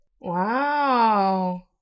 Wow